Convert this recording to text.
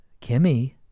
Kimmy